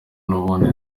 n’ubundi